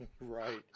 right